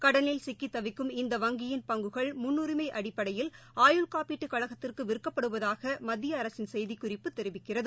கடனில் சிக்கித்தவிக்கும் இந்த வங்கியின் பங்குகள் முன்னுரிமை அடிப்படையில் ஆயுள் காப்பீட்டுக் கழகத்திற்கு விற்கப்படுவதாக மத்திய அரசின் செய்திக்குறிப்பு தெரிவிக்கிறது